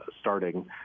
starting